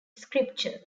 scripture